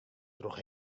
troch